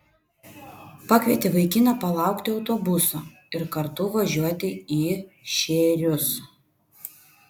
pakvietė vaikiną palaukti autobuso ir kartu važiuoti į šėrius